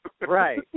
Right